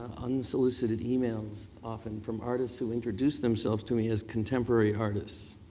unsolicited emails often from artists who introduce themselves to me as contemporary artists.